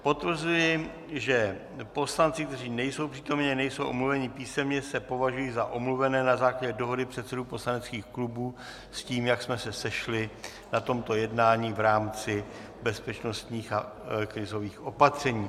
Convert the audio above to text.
Potvrzuji, že poslanci, kteří nejsou přítomni a nejsou omluveni písemně, se považují za omluvené na základě dohody předsedů poslaneckých klubů s tím, jak jsme se sešli na tomto jednání v rámci bezpečnostních a krizových opatření.